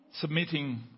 submitting